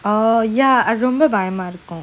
oh ya ரொம்பபயமாஇருக்கும்:romba bayama irukum